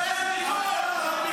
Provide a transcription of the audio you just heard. יותר גדול ממך.